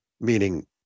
meaning